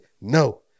no